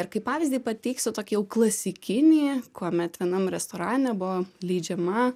ir kaip pavyzdį pateiksiu tokį jau klasikinį kuomet vienam restorane buvo leidžiama